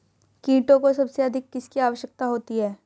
कीटों को सबसे अधिक किसकी आवश्यकता होती है?